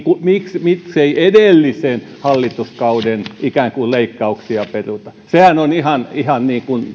miksei miksei edellisen hallituskauden leikkauksia peruta sehän on ihan ihan